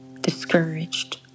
discouraged